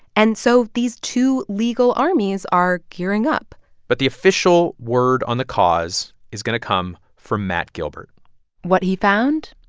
and so these two legal armies are gearing up but the official word on the cause is going to come from matt gilbert what he found?